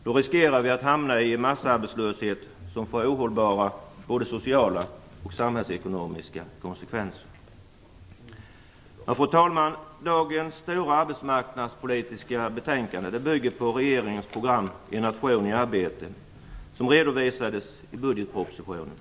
Då riskerar vi att hamna i en massarbetslöshet som får ohållbara sociala och samhällsekonomiska konsekvenser. Fru talman! Dagens stora arbetsmarknadspolitiska betänkande bygger på regeringens program En nation i arbete. Det redovisades i budgetpropositionen.